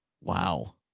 Wow